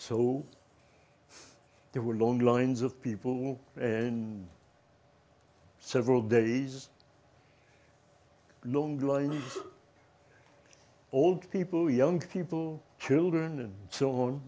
so there were long lines of people in several days long lines old people young people children and so on